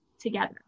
together